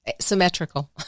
symmetrical